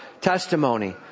Testimony